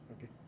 okay